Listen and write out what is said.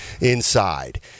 inside